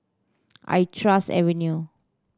I trust Avenue